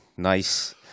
Nice